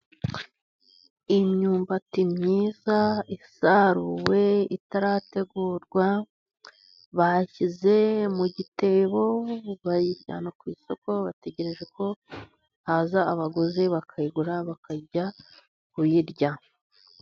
Imyumbati myiza isaruwe, itarategurwa, bashyize mu gitebo bayijyana ku isoko, bategereje ko haza abaguzi bakayigura bakajya kuyirya.